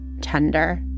tender